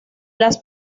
las